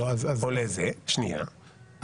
לא --- שנייה,